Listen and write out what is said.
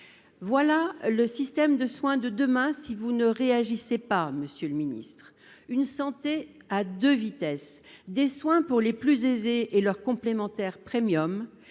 Voici le système de soins de demain si vous ne réagissez pas, monsieur le ministre : une santé à deux vitesses, des soins pour les plus aisés avec leur complémentaire premium